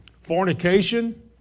fornication